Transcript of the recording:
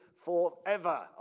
Forever